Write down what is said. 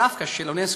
דווקא של אונסק"ו,